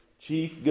chief